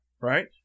right